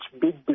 big